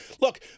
Look